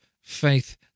faith